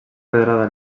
pedrada